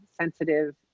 sensitive